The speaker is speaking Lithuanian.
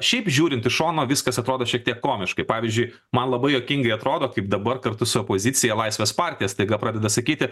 šiaip žiūrint iš šono viskas atrodo šiek tiek komiškai pavyzdžiui man labai juokingai atrodo kaip dabar kartu su opozicija laisvės partija staiga pradeda sakyti